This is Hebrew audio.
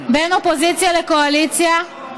בין אופוזיציה לקואליציה.